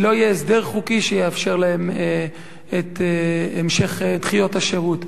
כי לא יהיה הסדר חוקי שיאפשר להם את המשך דחיות השירות.